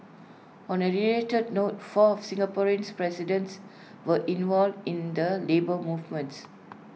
on A related note four of Singapore's presidents were involved in the labour movements